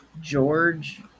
George